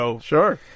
Sure